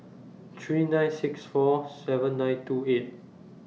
three nine six four seven nine two eight